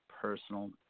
personal